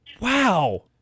Wow